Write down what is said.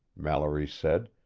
mallory said,